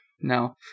No